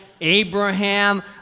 Abraham